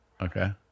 Okay